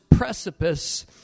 precipice